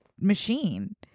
machine